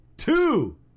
Two